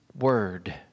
Word